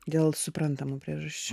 dėl suprantamų priežasčių